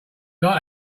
like